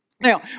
Now